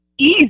easy